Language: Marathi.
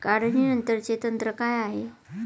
काढणीनंतरचे तंत्र काय आहे?